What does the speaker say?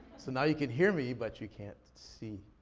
so now you can hear me, but you can't see.